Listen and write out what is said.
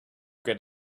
get